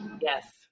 Yes